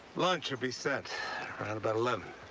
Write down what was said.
lunch will be sent round about eleven